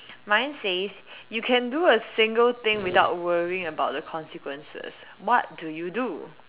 mine says you can do a single thing without worrying about the consequences what do you do